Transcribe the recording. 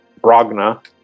Bragna